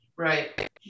Right